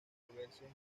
controversias